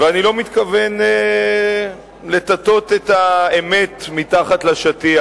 ואני לא מתכוון לטאטא את האמת מתחת לשטיח: